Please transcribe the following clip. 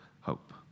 hope